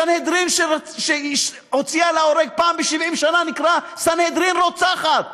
סנהדרין שהוציאה להורג פעם ב-70 שנה נקראה סנהדרין רוצחת.